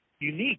unique